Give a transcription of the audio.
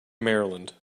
maryland